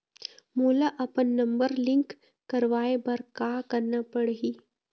मोला अपन number link करवाये बर का करना पड़ही?